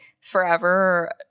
forever